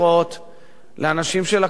לאנשים שלקחו משכנתאות,